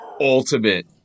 ultimate